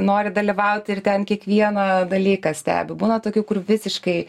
nori dalyvauti ir ten kiekvieną dalyką stebi būna tokių kur visiškai